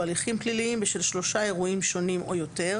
הליכים פליליים בשל שלושה אירועים שונים או יותר,